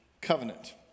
covenant